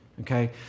Okay